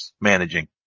managing